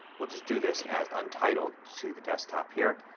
we'll just do this as untitled to the desktop here.